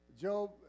Job